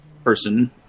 person